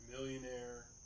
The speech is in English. Millionaire